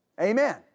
Amen